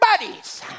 buddies